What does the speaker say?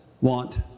want